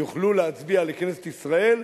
יוכלו להצביע לכנסת ישראל,